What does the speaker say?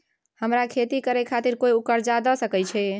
हमरा खेती करे खातिर कोय कर्जा द सकय छै?